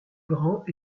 grand